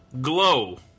Glow